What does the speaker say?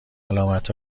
علامت